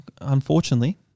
unfortunately